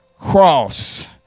cross